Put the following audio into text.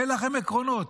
אין לכם עקרונות.